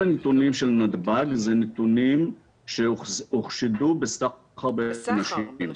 הנתונים של נתב"ג זה נתונים שהוחשדו בסחר בנשים.